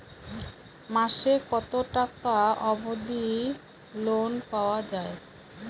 মাসে কত টাকা অবধি লোন পাওয়া য়ায়?